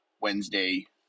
Wednesday